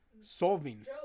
Solving